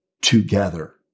together